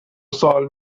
سوال